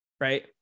Right